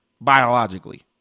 Biologically